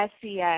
SES